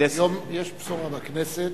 היום יש בשורה בכנסת,